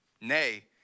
Nay